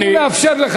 אני מאפשר לך,